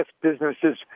businesses